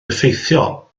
effeithiol